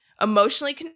emotionally